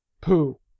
pooh